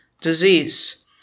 disease